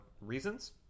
reasons